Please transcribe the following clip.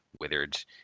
withered